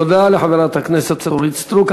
תודה לחברת הכנסת אורית סטרוק.